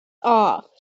off